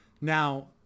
Now